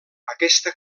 aquesta